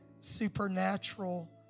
supernatural